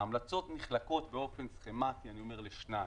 ההמלצות נחלקות באופן סכמתי לשניים: